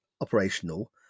operational